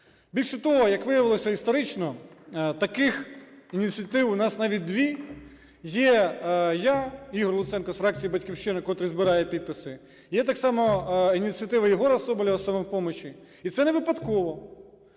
Більше того, як виявилося історично, таких ініціатив у нас навіть дві. Є я, Ігор Луценко з фракції "Батьківщина", котрий збирає підписи, є так само ініціатива Єгора Соболєва з "Самопомочі". І це не випадково,